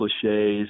cliches